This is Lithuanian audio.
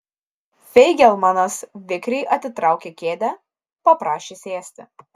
feigelmanas vikriai atitraukė kėdę paprašė sėsti